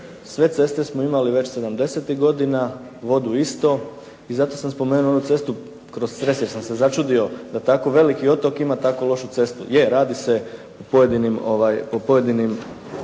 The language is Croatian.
Sve ceste smo imali već sedamdesetih godina, vodu isto. I zato sam spomenuo onu cestu kroz Cres jer sam je začudio da tako veliki otok ima tako lošu cestu. Je radi se o pojedinim